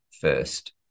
first